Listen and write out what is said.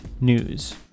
news